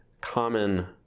common